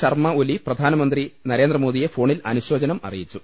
ശർമ്മ ഒലി പ്രധാനമന്ത്രി നരേന്ദ്രമോദിയെ ഫോണിൽ അനു ശോചനം അറിയിച്ചു